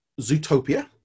zootopia